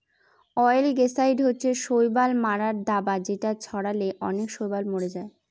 অয়েলগেসাইড হচ্ছে শৈবাল মারার দাবা যেটা ছড়ালে অনেক শৈবাল মরে যায়